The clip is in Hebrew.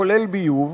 כולל ביוב,